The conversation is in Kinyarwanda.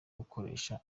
gukoresha